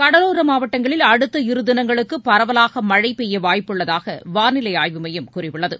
கடலோர மாவட்டங்களில் அடுத்த இரு தினங்களுக்கு பரவலாக மழை பெய்ய வாய்ப்புள்ளதாக வானிலை ஆய்வு மையம் கூறியுள்ளது